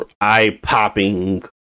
eye-popping